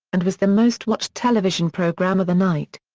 and was the most watched television program of the night.